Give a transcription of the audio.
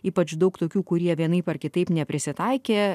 ypač daug tokių kurie vienaip ar kitaip neprisitaikė